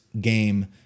game